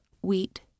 wheat